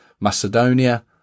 Macedonia